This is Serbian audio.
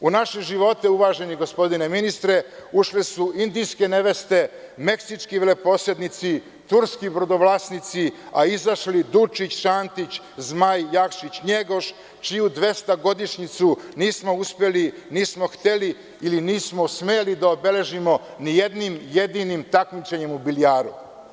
U naše živote, uvaženi gospodine ministre, ušle su indijske neveste, meksički veleposednici, turski brodovlasnici, a izašli Dučić, Šantić, Zmaj, Jakšić, Njegoš, čiju 200-godišnjicu nismo uspeli, nismo hteli ili nismo smeli da obeležimo nijednim jedinim takmičenjem u bilijaru.